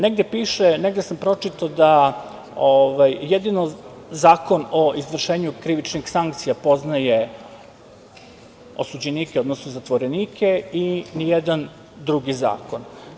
Negde sam pročitao da jedino Zakon o izvršenju krivičnih sankcija poznaje osuđenike, odnosno zatvorenike i nijedan drugi zakon.